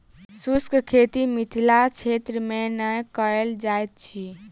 शुष्क खेती मिथिला क्षेत्र मे नै कयल जाइत अछि